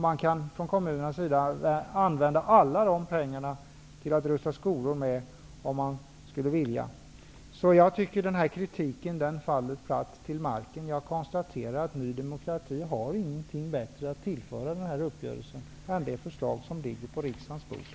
Man kan från kommunernas sida använda alla dessa pengar till att rusta upp skolor med om man skulle vilja det. Så jag tycker att den här kritiken faller platt till marken. Jag konstaterar att Ny demokrati inte har någonting bättre att tillföra uppgörelsen än de förslag som ligger på riksdagens bord.